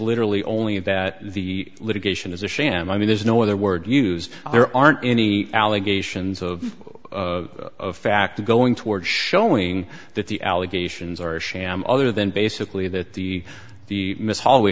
literally only that the litigation is a sham i mean there's no other word used there aren't any allegations of fact going toward showing that the allegations are sham other than basically that the the miss hall we